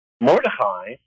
Mordecai